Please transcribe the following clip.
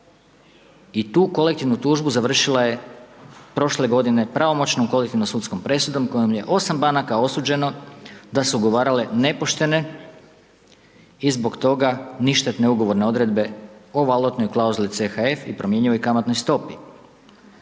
i tu kolektivnu tužbu završila je prošle godine pravomoćnom kolektivnom sudskom presudom kojom je 8 banaka osuđeno da su ugovarale nepoštene i zbog toga ništetne ugovorne odredbe o valutnoj klauzuli CHF i promjenjivoj kamatnoj stopi.